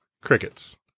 Crickets